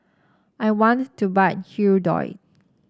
I want to buy Hirudoid